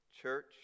church